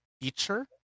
teacher